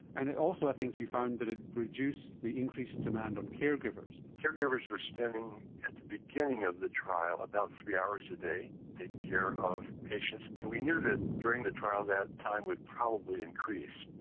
and also i think you found that it reduced the increased demand on caregivers. caregivers were spending at the beginning of the trial about three hours a day taking care of patients, and we knew that during the trial that time would probably increase.